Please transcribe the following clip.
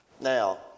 Now